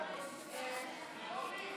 ההצעה להעביר את הצעת חוק ניהול דיוני